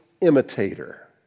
imitator